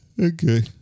Okay